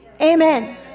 amen